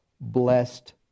blessed